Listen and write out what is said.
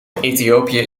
ethiopië